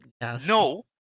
No